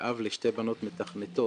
כאב לשתי בנות מתכנתות,